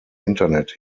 internet